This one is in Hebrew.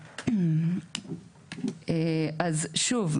אז שוב,